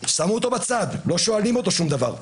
שמו אותו בצד, לא שואלים אותו שום דבר.